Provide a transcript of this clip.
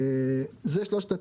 אלה שלושת התנאים.